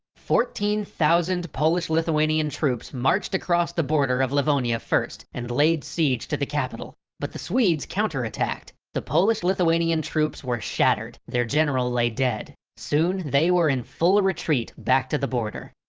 fourteen thousand polish-lithuanian troops marched across the border of livonia first, and laid siege to the capital. but the swedes counter-attacked. the polish-lithuanian troops were shattered. their general lay dead. soon they were in full retreat back to the border.